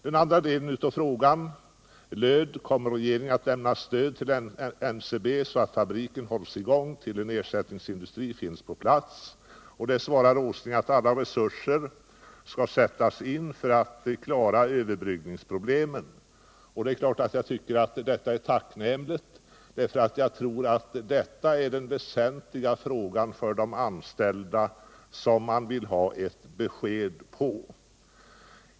Min andra fråga var om regeringen kommer att lämna stöd till NCB så att fabriken kan hållas i gång till dess en ersättningsindustri finns på plats. På den frågan svarar herr Åsling att alla resurser skall sättas in för att klara överbryggningsproblemen. Det är klart att jag tycker att det är tacknämligt. Jag tror nämligen att detta är den väsentliga frågan för de anställda och att man vill ha ett besked om den saken.